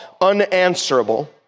unanswerable